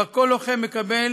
שבה כל לוחם מקבל